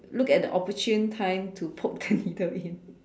look at the opportune time to poke the needle in